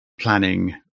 planning